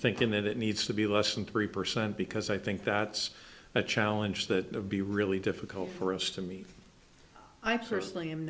thinking that it needs to be less than three percent because i think that's a challenge that would be really difficult for us to meet i personally